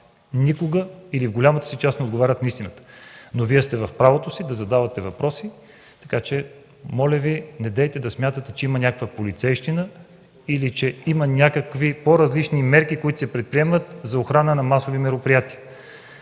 защото те в голямата си част не отговарят на истината. Вие сте в правото си да задавате въпроси, но, моля Ви, недейте да смятате, че има полицейщина или някакви по-различни мерки, които се предприемат за охрана на масови мероприятия.